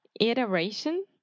Iteration